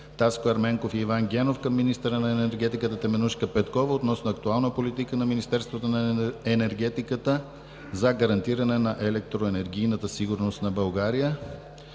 Таско Ерменков и Иван Генов към министъра на енергетиката Теменужка Петкова относно актуална политика на Министерството на енергетиката за гарантиране на електроенергийната сигурност на България.